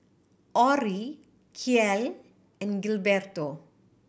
Orrie Kiel and Gilberto